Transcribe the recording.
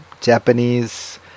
Japanese